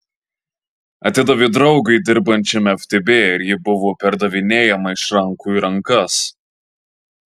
atidavė draugui dirbančiam ftb ir ji buvo perdavinėjama iš rankų į rankas